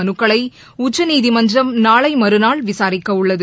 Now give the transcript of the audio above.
மனுக்களை உச்சநீதிமன்றம் நாளை மறுநாள் விசாரிக்கவுள்ளது